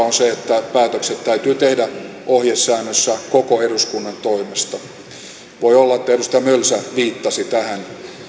on se että päätökset täytyy tehdä ohjesäännössä koko eduskunnan toimesta voi olla että edustaja mölsä viittasi tähän